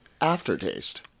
aftertaste